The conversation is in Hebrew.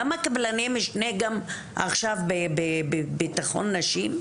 למה קבלני משנה גם עכשיו בבטחון נשים?